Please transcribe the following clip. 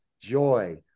joy